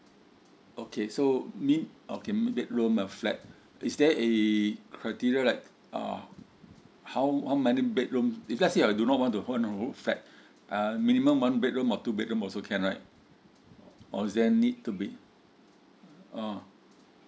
okay so need okay bedroom a flat is there a criteria like uh how how many bedroom if let's say I do not want to rent the whole flat uh minimum one bedroom or two bedroom also can right or is there need to be uh